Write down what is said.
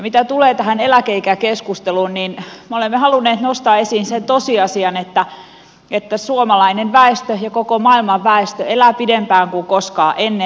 mitä tulee tähän eläkeikäkeskusteluun me olemme halunneet nostaa esiin sen tosiasian että suomalainen väestö ja koko maailman väestö elää pidempään kuin koskaan ennen